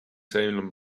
salem